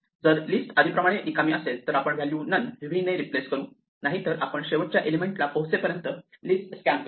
जर लिस्ट आधी प्रमाणे रिकामी असेल तरआपण व्हॅल्यू नन v ने रिप्लेस करू नाहीतर आपण शेवटच्या एलिमेंटला पोहोचेपर्यंत लिस्ट स्कॅन करू